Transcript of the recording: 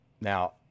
Now